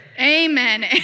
amen